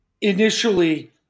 initially